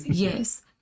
yes